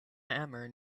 hammer